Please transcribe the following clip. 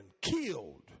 killed